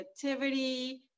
creativity